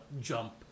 jump